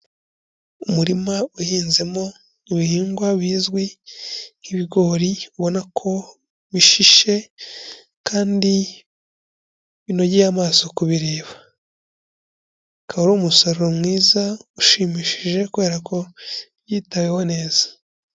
Umurima uhinzemo ibihingwa bizwi nk'ibigori ubona ko bishishe kandi binogeye amaso kubireba, ukaba ari umusaruro mwiza ushimishije kubera ko byitaweho neza.